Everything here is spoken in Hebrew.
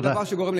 תודה.